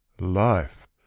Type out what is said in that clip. Life